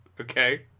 okay